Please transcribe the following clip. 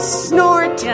snort